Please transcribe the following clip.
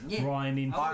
Ryan